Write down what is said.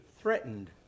threatened